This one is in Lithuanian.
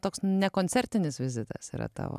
toks ne koncertinis vizitas yra tavo